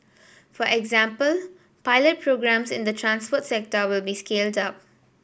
for example pilot programmes in the transport sector will be scaled up